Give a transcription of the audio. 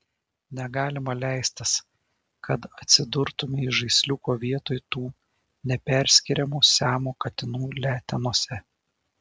negalima leistis kad atsidurtumei žaisliuko vietoj tų neperskiriamų siamo katinų letenose